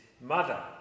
mother